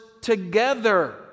together